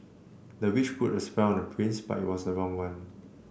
the witch put a spell on the prince but it was the wrong one